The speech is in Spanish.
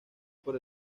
por